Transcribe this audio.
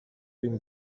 been